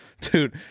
dude